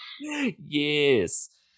Yes